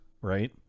right